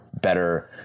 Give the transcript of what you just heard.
better